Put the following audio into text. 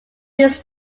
this